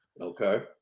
Okay